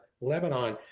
Lebanon